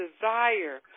desire